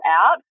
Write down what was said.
out